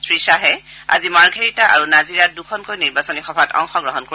শ্ৰীখাহে আজি মাৰ্ঘেৰিটা আৰু নাজিৰাত দুখনকৈ নিৰ্বাচনী সভাত অংশগ্ৰহণ কৰিব